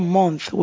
month